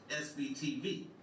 SBTV